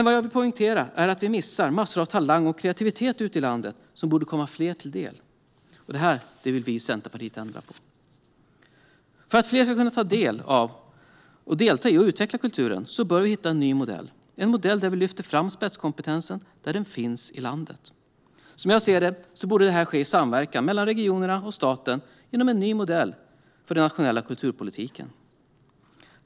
Vad jag vill poängtera är att vi missar massor av talang och kreativitet ute i landet som borde komma fler till del. Det här vill vi i Centerpartiet ändra på. För att fler ska kunna ta del av, delta i och utveckla kulturen bör vi hitta en ny modell - en modell där vi lyfter fram spetskompetensen där den finns i landet. Som jag ser det borde detta ske i samverkan mellan regionerna och staten genom en ny modell för den nationella kulturpolitiken.